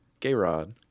Gayrod